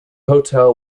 hotel